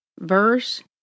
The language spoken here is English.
verse